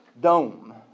dome